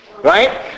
Right